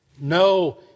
No